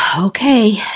Okay